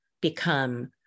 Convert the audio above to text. become